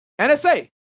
NSA